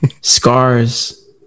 scars